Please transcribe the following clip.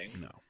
No